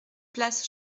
place